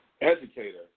educator